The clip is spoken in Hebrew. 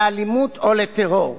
לאלימות או לטרור,